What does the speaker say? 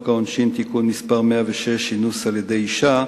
העונשין (תיקון מס' 106) (אינוס על-ידי אשה),